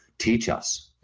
teach us. yeah,